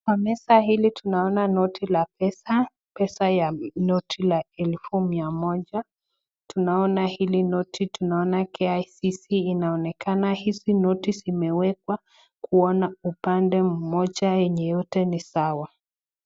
Kwa meza hili tunaona noti la pesa, pesa ya noti la elfu mia moja. Tunaona hili noti, tunaona KICC inaonekana. Hizi noti zimewekwa kuona upande mmoja yenye yote ni sawa.